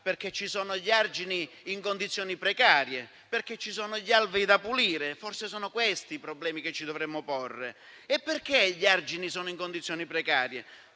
perché ci sono gli argini in condizioni precarie, gli alvei da pulire. Forse sono questi i problemi che ci dovremmo porre. Perché gli argini sono in condizioni precarie?